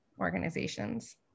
organizations